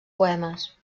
poemes